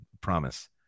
promise